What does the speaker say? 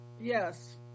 Yes